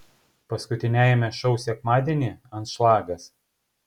paskutiniajame šou sekmadienį anšlagas